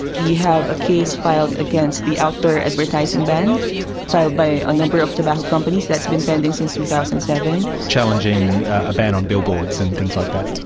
we have a case filed against the outdoor advertising ban filed by a number of tobacco companies, that has been pending since two thousand and seven. challenging a ban on billboards and things like that?